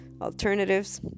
alternatives